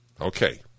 Okay